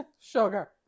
Sugar